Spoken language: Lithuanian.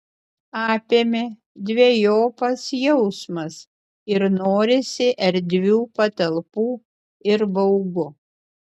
apėmė dvejopas jausmas ir norisi erdvių patalpų ir baugu